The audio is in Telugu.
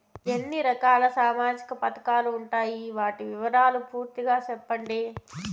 ఎన్ని రకాల సామాజిక పథకాలు ఉండాయి? వాటి వివరాలు పూర్తిగా సెప్పండి?